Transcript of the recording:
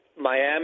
Miami